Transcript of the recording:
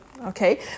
Okay